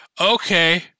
Okay